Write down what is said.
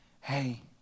Hey